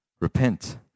Repent